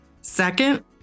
Second